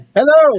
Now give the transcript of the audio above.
Hello